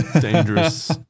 Dangerous